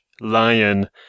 Lion